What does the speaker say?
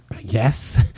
Yes